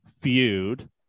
feud